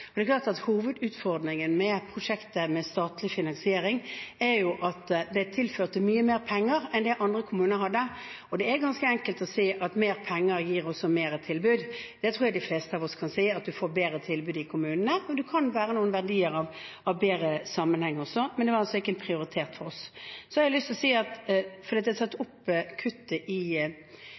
Det er klart at hovedutfordringen med prosjektet med statlig finansering er at det er tilført mye mer penger enn det andre kommuner hadde. Det er ganske enkelt å si at mer penger også gir mer tilbud. Det tror jeg de fleste av oss kan si, at man får bedre tilbud i kommunene. Det kan være noen verdier av bedre sammenheng også, men det var altså ikke en prioritet for oss. Jeg har lyst til å si, fordi egenandelstaket er økt, at vi må huske at vi er veldig opptatt av å sikre at kronikerne får det bedre i